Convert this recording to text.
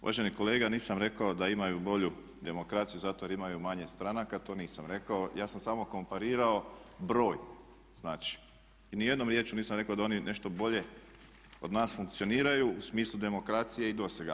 Uvaženi kolega nisam rekao da imaju bolju demokraciju zato jer imaju manje stranaka, to nisam rekao, ja sam samo komparirao broj i nijednom riječju nisam rekao da oni nešto bolje od nas funkcioniraju u smislu demokracije i dosega.